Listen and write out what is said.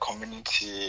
community